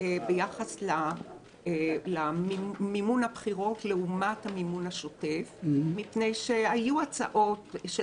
ביחס למימון הבחירות לעומת המימון השוטף מפני שהיו הצעות של